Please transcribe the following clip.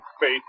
faith